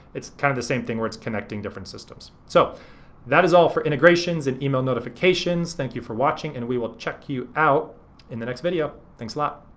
it's kind of the same thing where it's connecting different systems. so that is all for integrations and email notifications. thank you for watching and we will check you out in the next video, thanks a lot.